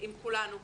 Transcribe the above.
עם כולנו,